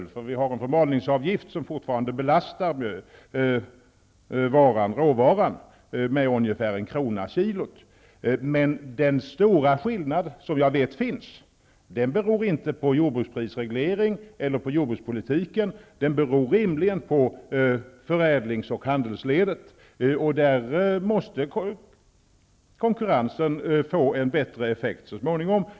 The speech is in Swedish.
Vi har nämligen en förmalningsavgift som fortfarande belastar råvaran med ungefär 1 kr. per kg. Men den stora skillnad jag vet finns beror inte på jordbruksprisregleringen eller på jordbrukspolitiken, utan den beror rimligen på förädlings och handelsledet. Där måste konkurrensen få en bättre effekt så småningom.